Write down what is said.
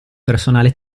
personale